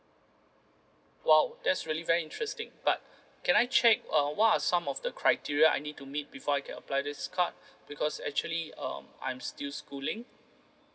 !wow! that's really very interesting but can I check uh what are some of the criteria I need to meet before I can apply this card because actually um I'm still schooling